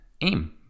aim